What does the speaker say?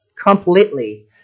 completely